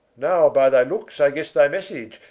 now by thy lookes i gesse thy message.